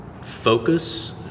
focus